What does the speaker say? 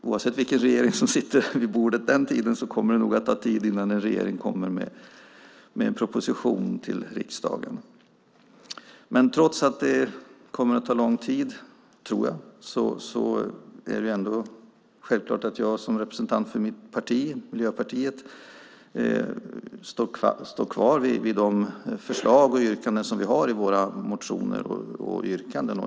Oavsett vilken regering som sitter kommer det nog att ta tid innan en regering kommer med en proposition till riksdagen. Men trots att jag tror att detta kommer att ta lång tid är det självklart att jag som representant för mitt parti, Miljöpartiet, står fast vid de förslag och yrkanden som finns i våra motioner.